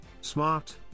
smart